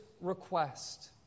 request